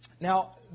Now